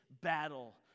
battle